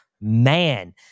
man